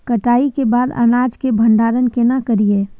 कटाई के बाद अनाज के भंडारण केना करियै?